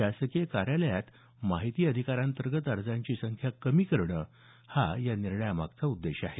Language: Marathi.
शासकीय कार्यालयात माहिती अधिकारांतर्गत अर्जांची संख्या कमी करणं हा या निर्णयामागचा उद्देश आहे